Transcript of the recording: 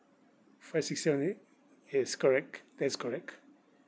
five six seven eight yes correct that's correct